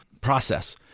process